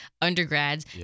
undergrads